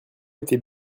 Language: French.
était